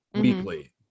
weekly